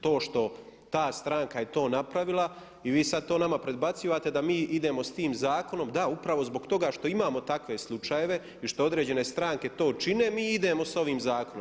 To što ta stranka je to napravila i vi sad to nama predbacujete da mi idemo s tim zakonom, da upravo zbog toga što imamo takve slučajeve i što određene stranke to čine mi idemo s ovim zakonom.